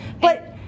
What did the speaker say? But-